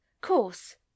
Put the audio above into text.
Course